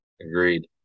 Agreed